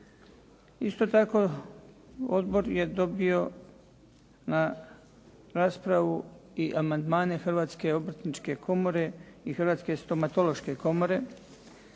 Isto tako, odbor je dobio na raspravu i amandmane Hrvatske obrtničke komore i Hrvatske stomatološke komore,